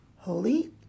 holy